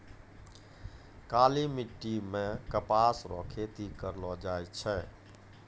काली मिट्टी मे कपास रो खेती करलो जाय छै